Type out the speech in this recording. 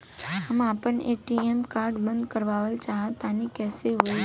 हम आपन ATM card बंद करावल चाह तनि कइसे होई?